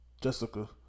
Jessica